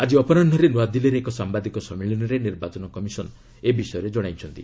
ଆଜି ଅପରାହ୍ନରେ ନୂଆଦିଲ୍ଲୀରେ ଏକ ସାମ୍ବାଦିକ ସମ୍ମିଳନୀରେ ନିର୍ବାଚନ କମିଶନ୍ ଏ ବିଷୟରେ ଜଣାଇଛି